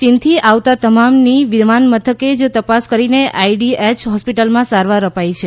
ચીન થી આવતા તમામની વિમાનમથકે તપાસ કરીને આઇડીએય હોસ્પિટલમાં સારવાર અપાય છે